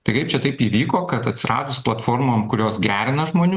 tai kaip čia taip įvyko kad atsiradus platformom kurios gerina žmonių